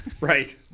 Right